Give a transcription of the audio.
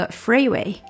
freeway